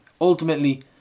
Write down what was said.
Ultimately